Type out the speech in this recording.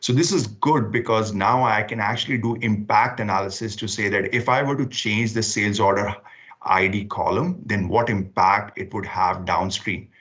so this is good because now i can actually do impact analysis to say that if i were to change the sales order id column, then what impact it would have downstream?